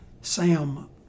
Sam